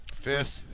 Fifth